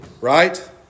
Right